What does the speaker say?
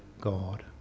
God